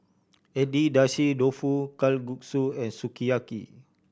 Agedashi Dofu Kalguksu and Sukiyaki